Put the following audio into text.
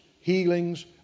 healings